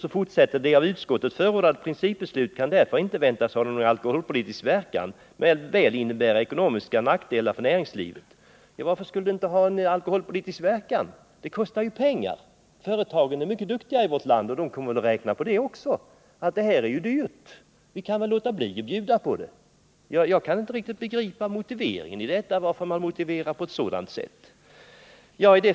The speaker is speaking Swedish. Så fortsätter man: ”Det av utskottet förordade principbeslutet kan därför inte väntas ha någon alkoholpolitisk verkan men väl innebära ekonomiska nackdelar för näringslivet.” Varför skulle det inte ha någon alkoholpolitisk verkan? Representationen kostar ju pengar. Företagen är mycket duktiga i vårt land, och de kommer väl också att räkna med att detta är dyrt — ”vi kan väl låta bli att bjuda på det”. Jag kan inte riktigt begripa den motivering som man har i reservationen.